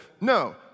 no